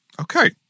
Okay